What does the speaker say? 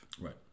Right